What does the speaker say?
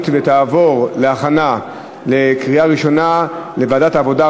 ותועבר להכנה לקריאה ראשונה בוועדת העבודה,